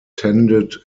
intended